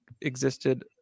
existed